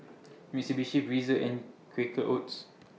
Mitsubishi Breezer and Quaker Oats